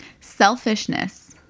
Selfishness